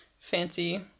fancy